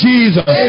Jesus